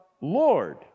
Lord